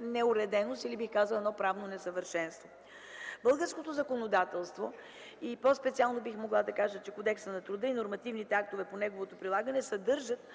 неуреденост, или бих казала едно правно несъвършенство. Българското законодателство, и по-специално Кодексът на труда и нормативните актове по неговото прилагане съдържат